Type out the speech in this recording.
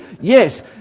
Yes